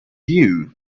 you